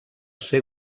ser